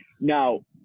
Now